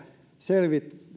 selvittäjä